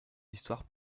histoires